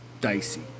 dicey